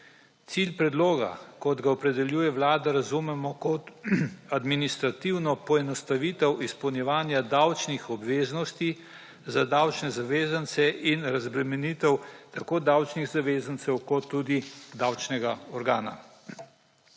Cilj predloga, kot ga opredeljuje vlada, razumemo kot administrativno poenostavitev izpolnjevanja davčnih obveznosti za davčne zavezance in razbremenitev tako davčnih zavezancev kot tudi davčnega organa.